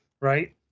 Right